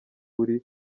uri